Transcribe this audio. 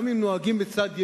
גם אם נוהגים בצד ימין,